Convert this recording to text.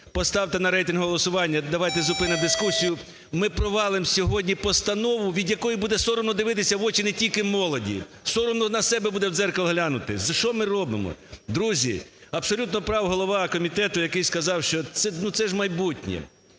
поставте на рейтингове голосування і давайте зупинимо дискусію. Ми провалимо сьогодні постанову, від якої буде соромно дивитися в очі не тільки молоді - соромно на себе буде в дзеркало глянути. Що ми робимо?! Друзі, абсолютно прав голова комітету, який сказав, що це… ну, це ж майбутнє.